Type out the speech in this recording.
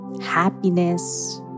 happiness